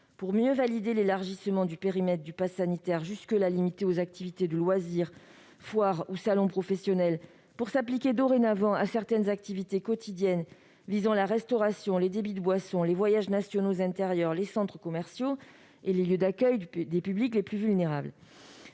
pour mieux valider l'élargissement du périmètre du passe sanitaire. Celui-ci, jusqu'à présent limité aux activités de loisir, foires ou salons professionnels, s'appliquera dorénavant à certaines activités quotidiennes comme la restauration, les débits de boissons, les voyages nationaux intérieurs, les centres commerciaux et les lieux d'accueil des publics vulnérables.